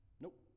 nope